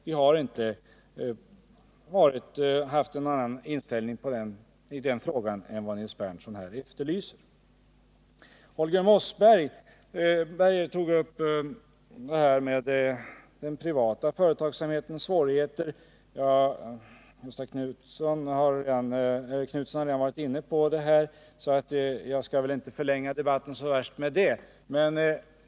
Vi har inte haft någon annan inställning i den frågan än vad Nils Berndtson här efterlyser. Holger Mossberg tog upp den privata företagsamhetens svårigheter; Göthe Knutson har redan varit inne på detta, så jag skall inte förlänga debatten så värst mycket med det.